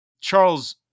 Charles